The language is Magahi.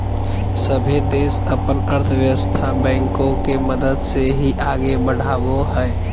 सभे देश अपन अर्थव्यवस्था बैंको के मदद से ही आगे बढ़ावो हय